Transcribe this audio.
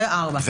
אז זה 2(א) ו-4.